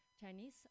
Chinese